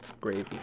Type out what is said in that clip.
gravy